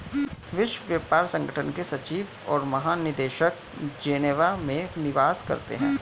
विश्व व्यापार संगठन के सचिव और महानिदेशक जेनेवा में निवास करते हैं